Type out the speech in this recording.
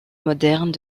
modernes